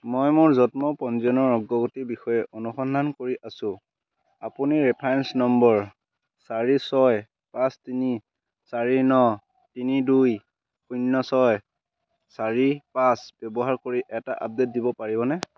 মই মোৰ জন্ম পঞ্জীয়নৰ অগ্ৰগতিৰ বিষয়ে অনুসন্ধান কৰি আছোঁ আপুনি ৰেফাৰেঞ্চ নম্বৰ চাৰি ছয় পাঁচ তিনি চাৰি ন তিনি দুই শূন্য ছয় চাৰি পাঁচ ব্যৱহাৰ কৰি এটা আপডেট দিব পাৰিবনে